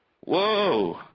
Whoa